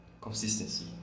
consistency